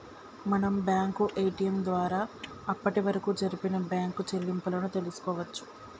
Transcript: మనం bank ATM ద్వారా అప్పటివరకు జరిపిన బ్యేంకు చెల్లింపులను తెల్సుకోవచ్చు